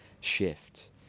shift